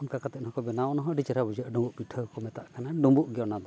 ᱚᱱᱠᱟ ᱠᱟᱛᱮᱫ ᱦᱚᱸᱠᱚ ᱵᱮᱱᱟᱣᱟ ᱚᱱᱟᱦᱚᱸ ᱟᱹᱰᱤ ᱪᱮᱨᱦᱟ ᱵᱩᱡᱷᱟᱹᱜᱼᱟ ᱰᱩᱢᱵᱩᱜ ᱯᱤᱴᱷᱟᱹᱠᱚ ᱢᱮᱛᱟᱜ ᱠᱟᱱᱟ ᱰᱩᱢᱵᱩᱜ ᱜᱮ ᱚᱱᱟ ᱫᱚ